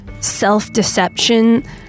self-deception